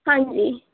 ہاں جی